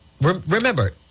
Remember